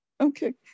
Okay